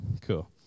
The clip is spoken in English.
cool